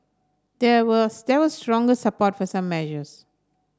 there were there was stronger support for some measures